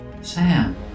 Sam